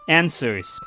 answers